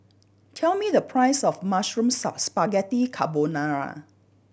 tell me the price of Mushroom Spaghetti Carbonara